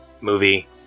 movie